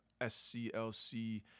SCLC